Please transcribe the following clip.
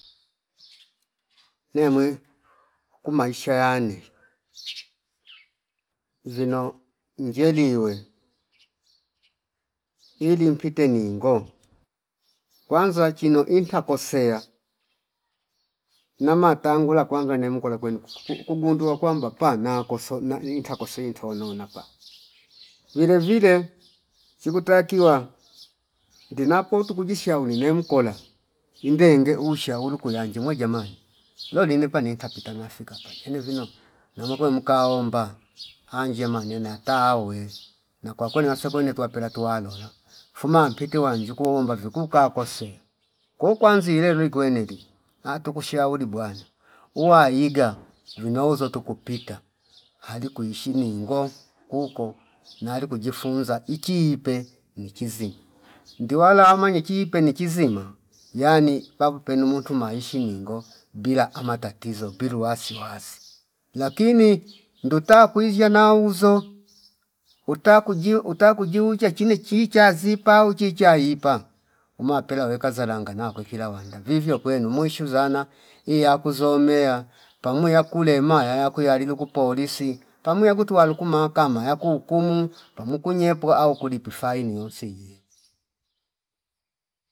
Nemwi uku maisha yane vino njeliwe ili mpite ningo kwanza chino inta kosea namatangula kwanza nemkola kwene ku- kugundua kwamba pana koso na niinta kosi ntono napa vile vile chiku takiwa ndinapo tuku jishauli nemkola indengee ushauri kulanji mwe jamani loline paninka pita nafika patini vino namakwe mkaomba anji ya maneno yatawe na kwakwene asekwene tuwapela tuwalola fuma mpiti wanjiku omba viku kasoea ko kwanzile likweneli atu kushauri bwana uwaiga vinauzo tukupita ali kwishi ningo kuuko nali kujifunza ichiipe nichizima ndiwalama nichipe nichizima yani pakupene muntu maishi ningo bila ama tatizo piru wasiwasi lakini nduta kwizsha nauzo uta kuji- uta kujiuzshe chine chichazipa au chichaipa umapela weka zalanga nakwe kila wanda vivyo kwene mushu zana iya kuzomea pamu yakulema ya- yakuya lilu kupolisi pamu yakutwa lukumaka yaku hukumu pamukunyepu au kulipi faini iyonsi iye